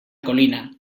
colina